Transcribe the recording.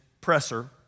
Presser